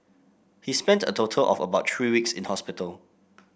he spent a total of about three weeks in hospital